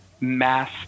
mass